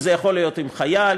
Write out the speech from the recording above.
וזה יכול להיות עם חייל,